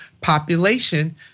population